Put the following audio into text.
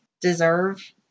deserve